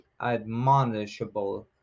admonishable